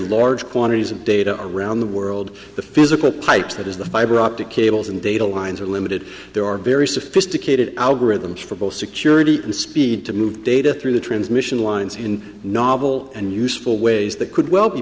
large quantities of data around the world the physical pipes that is the fiber optic cables and data lines are limited there are very sophisticated algorithms for both security and speed to move data through the transmission lines in novel and useful ways that could we